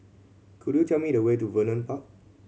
could you tell me the way to Vernon Park